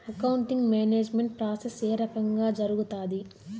accounting management process ఏ రకంగా జరుగుతాది